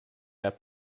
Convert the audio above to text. that